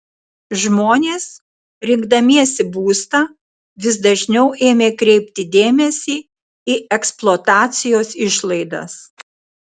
žmonės rinkdamiesi būstą vis dažniau ėmė kreipti dėmesį į eksploatacijos išlaidas